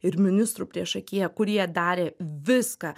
ir ministru priešakyje kurie darė viską